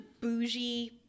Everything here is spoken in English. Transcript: bougie